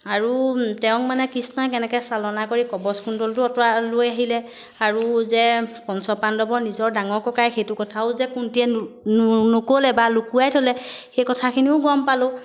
আৰু তেওঁক মানে কৃষ্ণই কেনেকৈ চালনা কৰি কবজ কুণ্ডলটো অঁতৰা লৈ আহিলে আৰু যে পঞ্চপাণ্ডৱৰ নিজৰ ডাঙৰ ককাই সেইটো কথাও যে কোনটিয়ে নক'লে বা লুকুৱাই থ'লে সেই কথাখিনিও গম পালোঁ